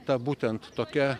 ta būtent tokia